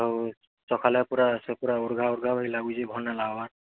ଆଉ ସକାଲେ ପୁରା ସେ ପୁରା ଉର୍ଘା ଉର୍ଘା ବାଗିର୍ ଲାଗୁଛେ ଭଲ୍ ନାଇ ଲାଗ୍ବାର୍